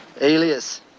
Alias